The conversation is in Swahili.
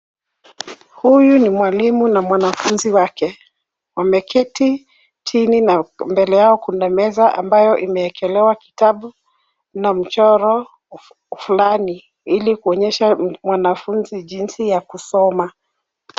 Huyu ni mwalimu na mwanafunzi wake wameketi chini na mbele yao kuna meza ambayo imeekelewa kitabu na mchoro fulani ili kuonyesha mwanafunzi jinsi ya kusoma.